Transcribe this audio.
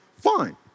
fine